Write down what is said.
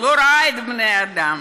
לא רואה את בני-האדם?